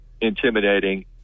intimidating